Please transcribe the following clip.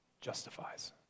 justifies